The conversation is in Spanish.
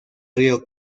río